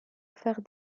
faire